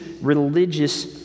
religious